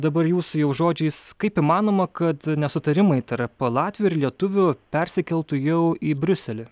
dabar jūsų jau žodžiais kaip įmanoma kad nesutarimai tarp latvių ir lietuvių persikeltų jau į briuselį